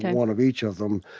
one of each of them.